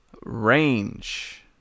range